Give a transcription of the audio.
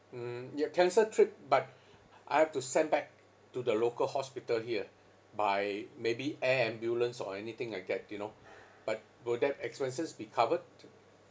mm yup cancel trip but I have to send back to the local hospital here by maybe air ambulance or anything like that you know but will that expenses be covered